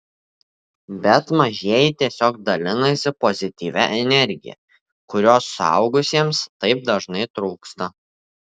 bet mažieji tiesiog dalinasi pozityvia energija kurios suaugusiems taip dažnai trūksta